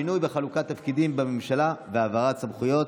שינוי בחלוקת התפקידים בממשלה והעברת סמכויות.